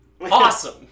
awesome